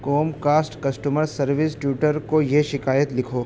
کوم cost customer service Twitter کو یہ شکایت لکھو